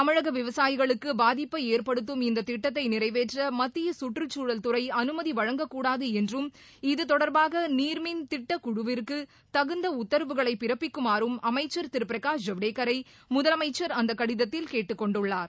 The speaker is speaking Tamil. தமிழக விவசாயிகளுக்கு பாதிப்பை ஏற்படுத்தும் இந்த திட்டத்தை நிறைவேற்ற மத்திய சுற்றுச்சூழல் துறை அனுமதி வழங்கக்கூடாது என்றும் இது தொடர்பாக நீர்மின் திட்டக் குழுவிற்கு தகுந்த உத்தரவுகளை பிறப்பிக்குமாறும் அமைச்சர் திரு பிரகாஷ் ஜவடேக்கனர் முதலமைச்சர் அந்த கடிதத்தில் கேட்டுக் கொண்டுள்ளார்